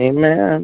Amen